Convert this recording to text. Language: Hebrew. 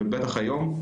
ובטח היום.